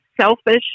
selfish